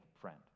friend